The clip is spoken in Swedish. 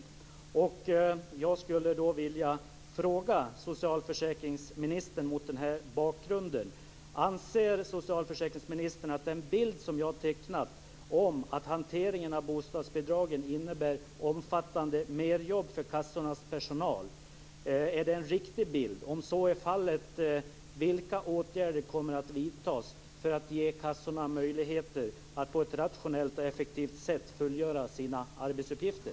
Jag skulle mot den bakgrunden vilja fråga socialförsäkringsministern: Anser socialförsäkringsministern att den bild som jag har tecknat av att hanteringen av bostadsbidragen innebär omfattande merjobb för kassornas personal är riktig? Om så är fallet, vilka åtgärder kommer då att vidtas för att ge kassorna möjligheter att på ett rationellt och effektivt sätt fullgöra sina arbetsuppgifter?